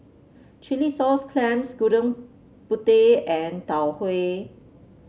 Chilli Sauce Clams Gudeg Putih and Tau Huay